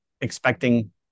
expecting